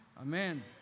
Amen